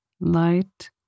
light